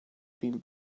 been